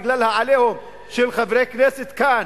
בגלל ה"עליהום" של חברי כנסת כאן.